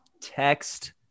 text